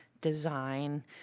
design